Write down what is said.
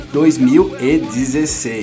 2016